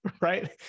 right